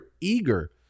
eager